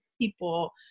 people